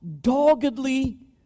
doggedly